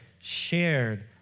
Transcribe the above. shared